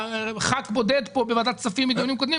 חבר כנסת בודד בוועדת הכספים מקבל 20 מיליון.